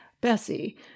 Bessie